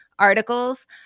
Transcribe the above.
articles